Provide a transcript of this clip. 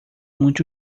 muito